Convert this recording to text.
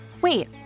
Wait